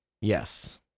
Yes